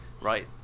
right